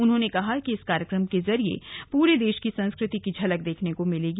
उन्होंने कहा कि इस कार्यक्रम के जरिये पूरे देष की संस्कृति की झलक देखने को मिलेगी